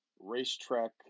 racetrack